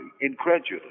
incredulous